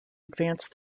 advance